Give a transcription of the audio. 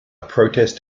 protest